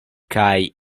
kaj